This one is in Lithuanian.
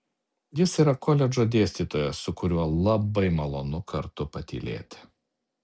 jis yra koledžo dėstytojas su kuriuo labai malonu kartu patylėti